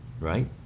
right